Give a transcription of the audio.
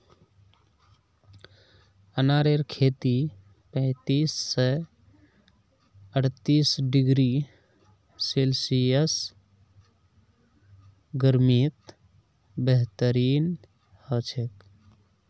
अनारेर खेती पैंतीस स अर्तीस डिग्री सेल्सियस गर्मीत बेहतरीन हछेक